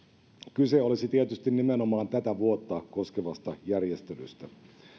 kyse olisi tietysti nimenomaan tätä vuotta koskevasta järjestelystä